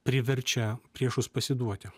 priverčia priešus pasiduoti